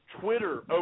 Twitter